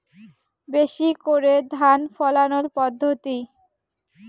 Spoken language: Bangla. বেশি করে ধান ফলানোর পদ্ধতি?